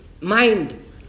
mind